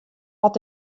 oft